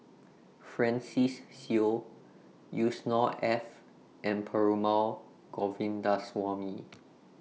Francis Seow Yusnor Ef and Perumal Govindaswamy